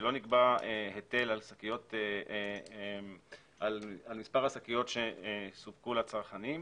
שלא נקבע היטל על מספר השקיות שסופקו לצרכנים,